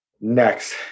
next